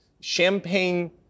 champagne